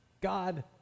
God